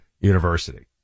University